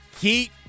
Heat